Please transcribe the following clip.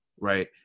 right